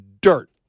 dirt